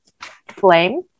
Flame